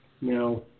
now